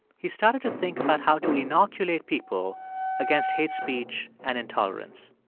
he started to think about how to inoculate people against hate speech and intolerance.